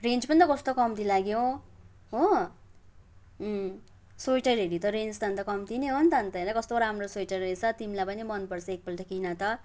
range पनि त कस्तो कम्ती लाग्यो हो स्वेटर हेरी त रेन्ज त अन्त कम्ती नै हो नि त हेर कस्तो राम्रो स्वेटर रहेछ तिमीलाई पनि मनपर्छ एकपल्ट हिँड त